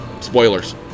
Spoilers